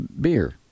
beer